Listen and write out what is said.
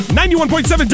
91.7